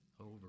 over